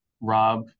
Rob